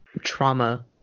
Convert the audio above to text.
trauma